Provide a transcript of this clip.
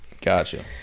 Gotcha